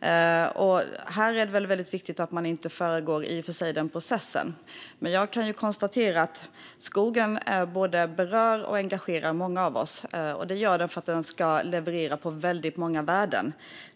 Det är viktigt att man inte föregriper den processen, men jag kan konstatera att skogen berör och engagerar många av oss. Det gör den för att den ska leverera på väldigt många värden.